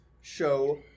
show